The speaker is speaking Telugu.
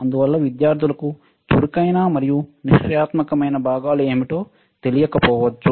అందువల్ల విద్యార్థులకు చురుకైన మరియు నిష్క్రియాత్మకమైన భాగాలు ఏమిటో తెలియకపోవచ్చు